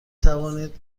توانید